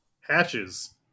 Hatches